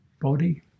body